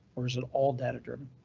or is it all data driven?